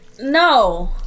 No